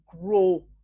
grow